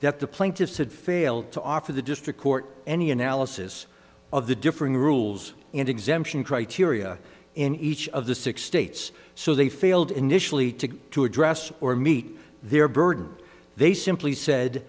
that the plaintiffs had failed to offer the district court any analysis of the differing rules and exemption criteria in each of the six states so they failed initially to get to address or meet their burden they simply said